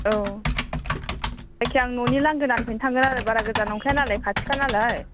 औ जायखिजाया आं न'नि लांगोनानिफ्रायनो थांगोन आरो बारा गोजान नंखाया नालाय खाथिखा नालाय